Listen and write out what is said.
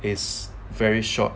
is very short